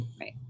right